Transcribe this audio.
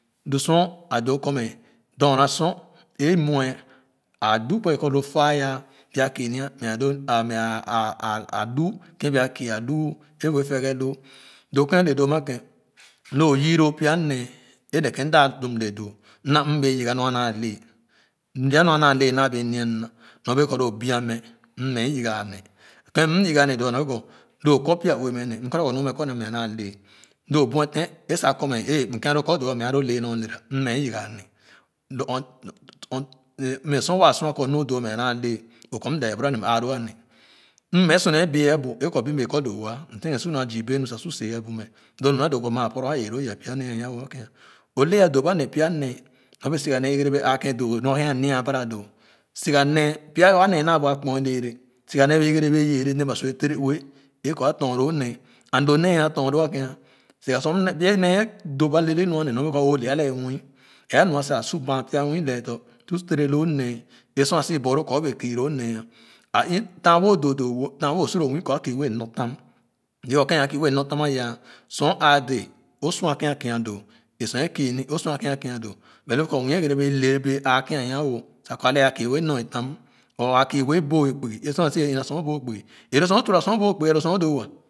Lo sor a doo kɔ mɛ dorna sor é nwe a lo pue mɔ lo fa yah é ah kii ni kii a lu bu efɛɛgalo doo kèn a le doo ama kèn lo o yii loo pya nee é nevei m da dum le doo m na mm bee yiiga nu a naale pya nɔr a naale naa bee nya mala myor bee kɔ o bia mɛ mɛ yiga a ne kèn yiga a he doo m bee kɔ kɔ pya ue mɛ ne m kɔ a ne kɔ nu o ma kɔ nee ma a naa le lo buete é sa kɔ mɛ é mɛ kɔ doo mɛ alo le nyor lera m mɛ yoga ne lo m me sor waa sua kɔ nu o doo wo m sighe su mu zii bee nor su seya bu mɛ lo nu nyor a doo kɔ maa poro a é loo ye pya nee nwa-oh anza kèn o le a doba ne pya nee nyor bee siga ɛrebe aakèn doo kèn a nya abara doo soga nee bee ɛgere bee yɛre dee ba su ye tere ye é kɔ a tɔn loo nee and lo nee a fɔn loo a kèn doba leele nu a ne nyor bee kɔ o le alɛɛ nwii wɛɛ a nwa sa su maa pya nwii lɛɛ tɔn su tere lo nee a sor a si borloo kɔ o bee kii lo nee a é taa nu o doo doo wo taa wo o su lo nwii kɔ a kii wɛɛ nɔr tan a yah sor o ãã dɛɛ o sua kèn a kii doo é sor é kii ni o sua kèn a kii doo but lo kɔ nwii ɛɛ ɛgɛrɛ bee lele bee aakèn a nwa-wo sa kɔ a le a kii wɛɛ boo é kpugo é sor a sii ina sor o boo kpugi é sor o tura sor o doo waa